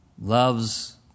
loves